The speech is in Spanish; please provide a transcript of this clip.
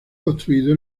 construido